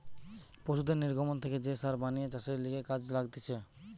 পশুদের নির্গমন থেকে যে সার বানিয়ে চাষের লিগে কাজে লাগতিছে